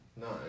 nine